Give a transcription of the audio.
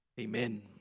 Amen